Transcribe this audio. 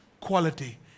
quality